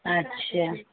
अच्छा